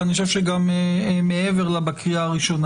ואני חושב שגם מעבר לקריאה הראשונה.